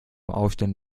aufstellen